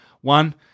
One